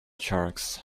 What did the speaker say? sharks